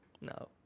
No